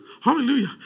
hallelujah